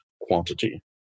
quantity